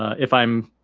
if i'm.